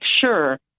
sure